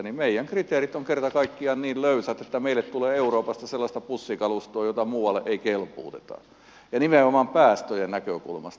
meidän kriteerit ovat kerta kaikkiaan niin löysät että meille tulee euroopasta sellaista bussikalustoa jota muualle ei kelpuuteta nimenomaan päästöjen näkökulmasta